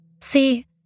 See